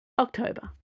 October